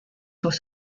was